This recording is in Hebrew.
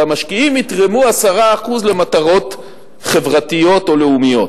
והמשקיעים יתרמו 10% למטרות חברתיות או לאומיות.